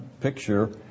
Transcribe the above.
picture